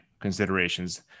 considerations